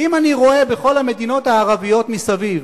כי אם אני רואה בכל המדינות הערביות מסביב